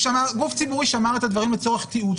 גוף ציבורי שמר את הדברים לצורך תיעוד,